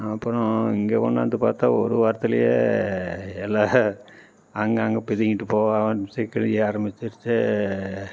அப்புறோம் இங்கே கொண்டார்ந்து பார்த்தா ஒரு வாரத்துலேயே எல்லா அங்கே அங்கே பிதிங்கிட்டு போக ஆரம்பிச்சு கிழிய ஆரம்பிச்சுருச்சி